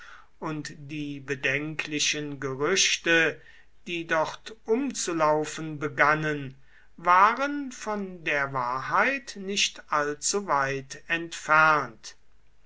und die bedenklichen gerüchte die dort umzulaufen begannen waren von der wahrheit nicht allzuweit entfernt